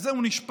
על זה הוא נשפט,